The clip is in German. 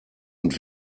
und